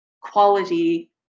quality